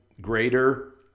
greater